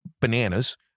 bananas